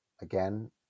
Again